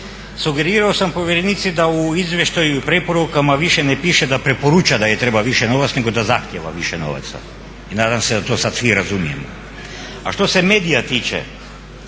sugerirao sam povjerenici da u izvještaju i preporukama više ne piše da preporuča da joj treba više novaca nego da zahtjeva više novaca i nadam se da to sad svi razumijemo. A što se medija tiče